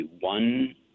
one